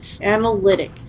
analytic